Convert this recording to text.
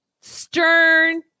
Stern